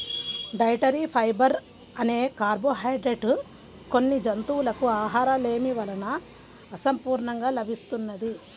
dietary fibre అనే carbohydrate కొన్ని జంతువులకు ఆహారలేమి వలన అసంపూర్ణంగా లభిస్తున్నది